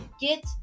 get